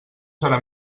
serà